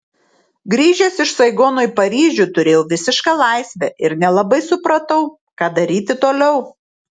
grįžęs iš saigono į paryžių turėjau visišką laisvę ir nelabai supratau ką daryti toliau